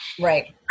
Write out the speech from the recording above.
Right